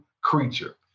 creature